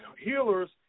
healers